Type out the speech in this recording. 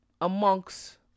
amongst